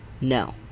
No